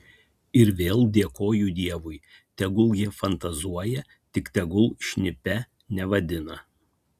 ir vėl dėkoju dievui tegul jie fantazuoja tik tegul šnipe nevadina